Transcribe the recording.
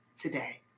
today